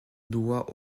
doigts